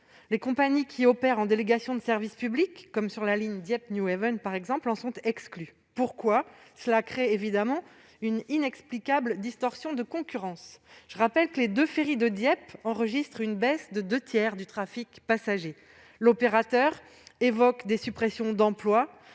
Les compagnies qui opèrent en délégation de service public, sur la ligne Dieppe-Newhaven par exemple, en sont exclues. Cela crée une inexplicable distorsion de concurrence. Je rappelle que les deux ferries de Dieppe enregistrent une baisse de deux tiers du trafic de passagers. L'opérateur évoque des suppressions d'emplois